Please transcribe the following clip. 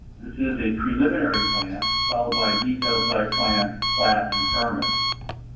this is a preliminary plan followed by detailed site plan, plat and permit.